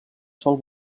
sòl